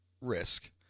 risk